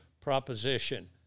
proposition